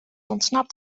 ontsnapt